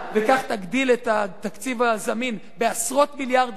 וכך תגדיל את התקציב הזמין בעשרות מיליארדים,